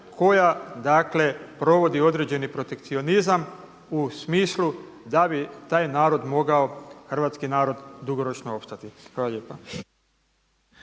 koja dakle provodi određeni protekcionizam u smislu da bi taj narod mogao, hrvatski narod dugoročno opstati. Hvala lijepa.